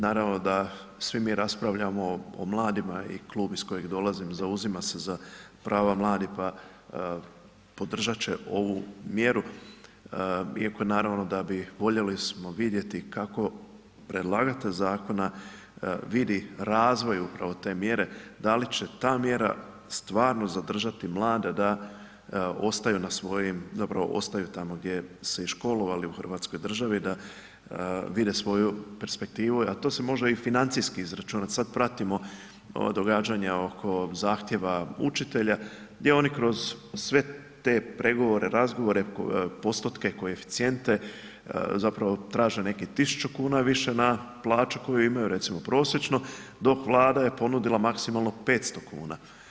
Naravno da svi mi raspravljamo o mladima i klub iz kojeg dolazim zauzima se za prava mladih pa podržat će ovu mjeru iako naravno da voljeli bismo vidjeti kako predlagatelj zakona vidi razvoj upravo te mjere, da li će ta mjera stvarno zadržati mlade da ostaju na svojim zapravo ostaju tamo gdje se i školovali u hrvatskoj državi, da vide svoju perspektivu a to može i financijski izračunat, sad pratimo ova događanja oko zahtjeva učitelja gdje oni kroz sve te pregovore, razgovore, postotke, koeficijente, zapravo traže neki 1000 kuna više na plaću koju imaju, recimo prosječno, dok Vlada je ponudila maksimalno 500 kuna.